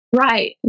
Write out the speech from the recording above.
Right